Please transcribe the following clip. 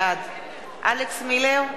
בעד אלכס מילר,